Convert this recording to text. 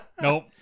Nope